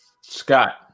Scott